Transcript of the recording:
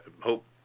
hope